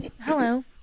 Hello